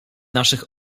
naszych